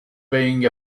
being